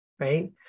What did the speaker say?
right